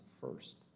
first